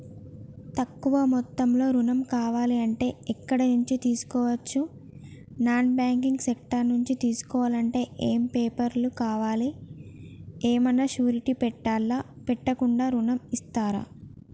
తక్కువ మొత్తంలో ఋణం కావాలి అంటే ఎక్కడి నుంచి తీసుకోవచ్చు? నాన్ బ్యాంకింగ్ సెక్టార్ నుంచి తీసుకోవాలంటే ఏమి పేపర్ లు కావాలి? ఏమన్నా షూరిటీ పెట్టాలా? పెట్టకుండా ఋణం ఇస్తరా?